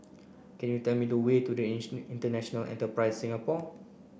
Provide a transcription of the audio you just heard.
can you tell me the way to International Enterprise Singapore